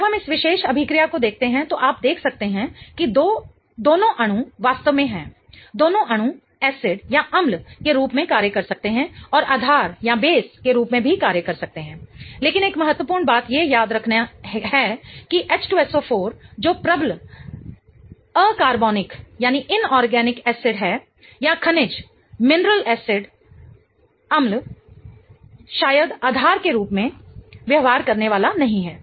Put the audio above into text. जब हम इस विशेष अभिक्रिया को देखते हैं तो आप देख सकते हैं कि दोनों अणु वास्तव में हैं दोनों अणु एसिडअम्ल के रूप में कार्य कर सकते हैं और आधार के रूप में भी कार्य कर सकते हैं लेकिन एक महत्वपूर्ण बात यह याद रखना कि H2SO4 जो प्रबल अकार्बनिक एसिड अम्ल है या खनिज एसिड अम्ल शायद आधार के रूप में व्यवहार करने वाला नहीं है